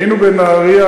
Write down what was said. היינו בנהרייה,